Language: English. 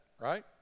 right